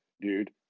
dude